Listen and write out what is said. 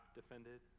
defended